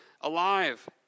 alive